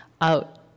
out